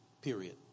Period